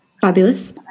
Fabulous